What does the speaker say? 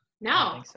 No